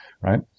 Right